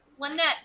Lynette